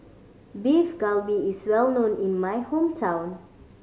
Beef Galbi is well known in my hometown